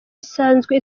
isanzwe